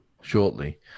shortly